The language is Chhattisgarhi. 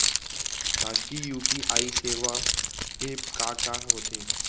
शासकीय यू.पी.आई सेवा एप का का होथे?